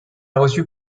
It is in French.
reçu